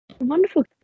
Wonderful